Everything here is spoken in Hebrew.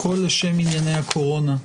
הכל לשם ענייני הקורונה,